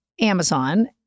Amazon